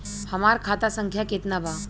हमार खाता संख्या केतना बा?